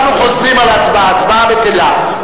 אנחנו חוזרים על ההצבעה, ההצבעה בטלה.